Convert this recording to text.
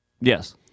Yes